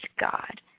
God